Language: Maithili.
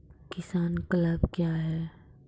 किसान क्लब क्या हैं?